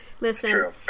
Listen